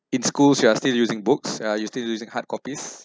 in schools you are still using books uh you still using hard copies